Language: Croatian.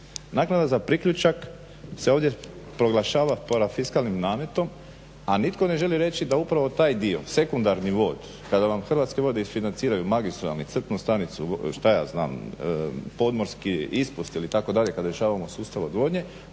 Naknada za priključak se ovdje proglašava parafiskalnim nametom a nitko ne želi reći da upravo taj dio, sekundarni vod kada vam Hrvatske vode isfinanciraju magistralnu, crpnu stanicu šta ja znam podmorski ispust itd. kada rješavamo sustav odvodnje